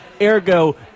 ergo